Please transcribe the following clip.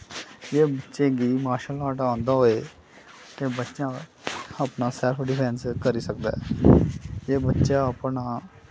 जे बच्चे गी martial art आंदा होए ते बच्चा अपना सैल्फ डिफैंस करी सकदा ऐ ते बच्चा अपना